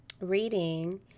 reading